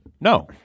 No